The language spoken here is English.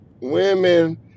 Women